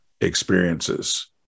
experiences